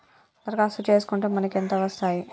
దరఖాస్తు చేస్కుంటే మనకి ఎంత వస్తాయి?